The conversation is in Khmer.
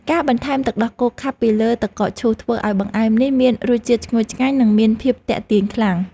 ការបន្ថែមទឹកដោះគោខាប់ពីលើទឹកកកឈូសធ្វើឱ្យបង្អែមនេះមានរសជាតិឈ្ងុយឆ្ងាញ់និងមានភាពទាក់ទាញខ្លាំង។